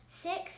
six